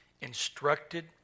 instructed